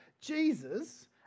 Jesus